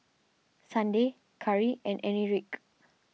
Sunday Cari and Enrique